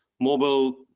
mobile